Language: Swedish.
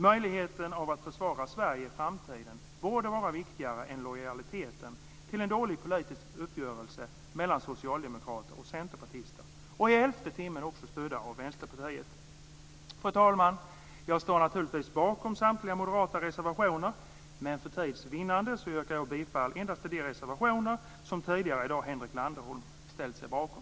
Möjligheten att försvara Sverige i framtiden borde vara viktigare än lojaliteten till en dålig politisk uppgörelse mellan socialdemokrater och centerpartister, i elfte timmen också stödd av Vänsterpartiet. Fru talman! Jag står naturligtvis bakom samtliga moderata reservationer. Men för tids vinnande yrkar jag bifall endast till de reservationer som tidigare i dag Henrik Landerholm ställt sig bakom.